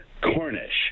Cornish